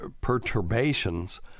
perturbations